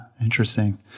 Interesting